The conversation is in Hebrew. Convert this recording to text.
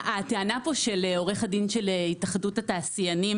הטענה פה של עורך הדין של התאחדות התעשיינים